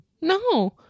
No